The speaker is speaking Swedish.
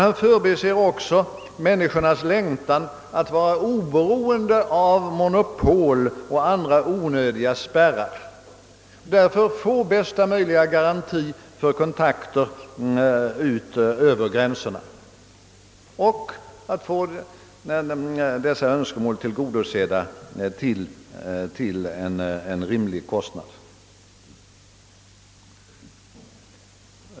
Han förbiser också människornas längtan att vara oberoende av monopol och andra onödiga spärrar och deras längtan att få bästa möjliga garanti för kontakter över gränserna samt att dessa önskemål tillgodoses till en rimlig kostnad. Herr talman!